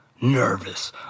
nervous